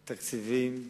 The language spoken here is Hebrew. תקציבים,